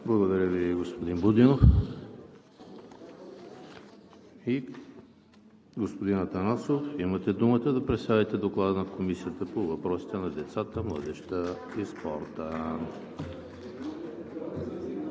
Благодаря Ви, господин Будинов. Господин Ченчев, имате думата да представите Доклада на Комисията по въпросите на децата, младежта и спорта.